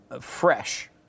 Fresh